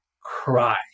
cry